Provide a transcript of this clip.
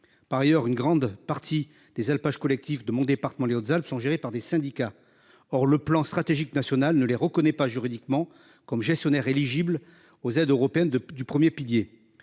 par ailleurs une grande partie des alpages collectif de mon département, les Hautes-Alpes sont gérées par des syndicats. Or le plan stratégique national ne les reconnaît pas juridiquement comme gestionnaire éligible aux aides européennes de du premier pilier.